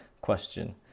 question